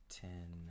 ten